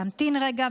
להמתין רגע,